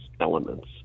elements